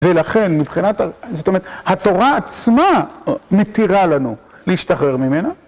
ולכן מבחינת, זאת אומרת, התורה עצמה מתירה לנו להשתחרר ממנה.